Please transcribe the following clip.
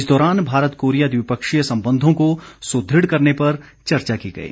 इस दौरान भारत कोरिया द्विपक्षीय संबंधो को सुदृढ़ करने पर चर्चा की गई